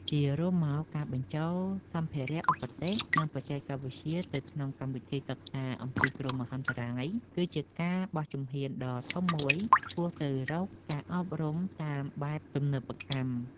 ជារួមមក ការបញ្ចូលសម្ភារ:ឧបទេស និងបច្ចេកវិទ្យាទៅក្នុងកម្មវិធីសិក្សាអំពីគ្រោះមហន្តរាយ គឺជាការបោះជំហានដ៏ធំមួយឆ្ពោះទៅរកការអប់រំតាមបែបទំនើបកម្ម។